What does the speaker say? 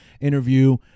interview